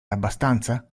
abbastanza